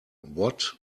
what